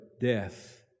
death